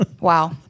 Wow